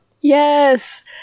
Yes